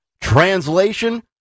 Translation